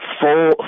full